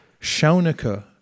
Shaunaka